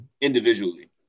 Individually